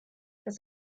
das